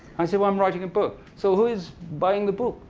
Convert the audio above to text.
i said, well, i'm writing a book. so who is buying the book?